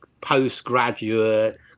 postgraduate